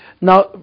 Now